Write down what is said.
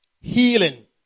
healing